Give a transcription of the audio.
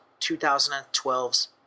2012's